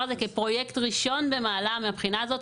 הזה כפרויקט ראשון במעלה מהבחינה הזאת,